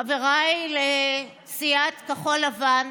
חבריי לסיעת כחול לבן,